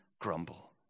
grumble